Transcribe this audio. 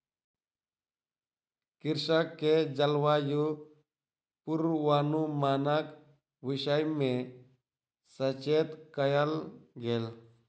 कृषक के जलवायु पूर्वानुमानक विषय में सचेत कयल गेल